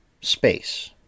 space